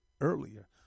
earlier